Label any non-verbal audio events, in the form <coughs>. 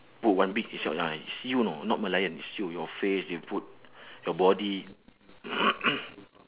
put one big is your ah is you you know not merlion is you your face they put your body <coughs>